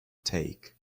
take